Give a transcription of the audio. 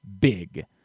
big